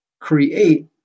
create